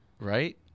Right